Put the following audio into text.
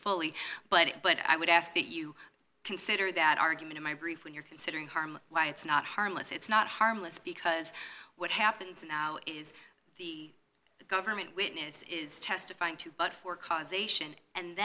fully but it but i would ask that you consider that argument in my brief when you're considering harm it's not harmless it's not harmless because what happens now is the government witness is testifying to but for causation and